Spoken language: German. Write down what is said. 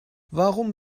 warum